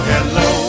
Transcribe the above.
Hello